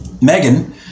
Megan